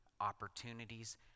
opportunities